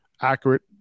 accurate